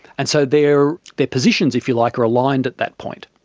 and so their their positions, if you like, are aligned at that point.